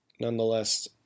Nonetheless